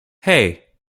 hey